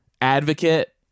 advocate